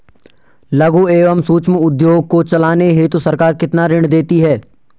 लघु एवं सूक्ष्म उद्योग को चलाने हेतु सरकार कितना ऋण देती है?